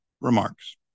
remarks